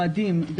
המועדים.